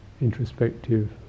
introspective